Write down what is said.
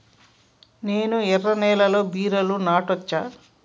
నేను ఎర్ర నేలలో బీరలు నాటచ్చా?